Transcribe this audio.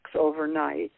overnight